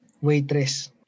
waitress